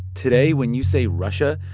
today, when you say russia,